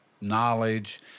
knowledge